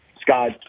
Scott